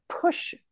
push